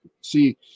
See